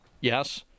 yes